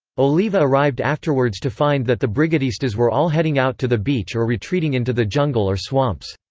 oliva arrived afterwards to find that the brigadistas were all heading out to the beach or retreating into the jungle or swamps.